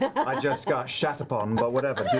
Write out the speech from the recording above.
i just got shat upon, but whatever, do